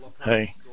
hey